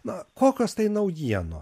na kokios tai naujieno